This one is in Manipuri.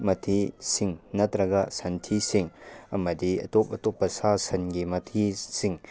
ꯃꯊꯤꯁꯤꯡ ꯅꯠꯇ꯭ꯔꯒ ꯁꯟꯊꯤꯁꯤꯡ ꯑꯃꯗꯤ ꯑꯇꯣꯞ ꯑꯇꯣꯞꯄ ꯁꯥꯁꯟꯒꯤ ꯃꯊꯤꯁꯤꯡ